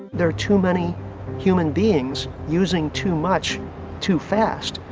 there are too many human beings using too much too fast.